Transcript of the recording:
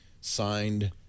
Signed